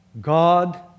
God